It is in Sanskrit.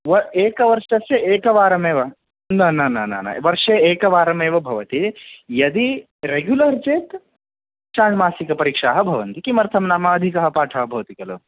एकवर्षस्य एकवारमेव न न न न न वर्षे एकवारमेव भवति यदि रेगुलर् चेत् षाण्मासिकपरिक्षाः भवन्ति किमर्थं नाम अधिकः पाठः भवति खलु